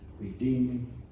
redeeming